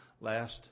last